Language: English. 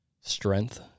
strength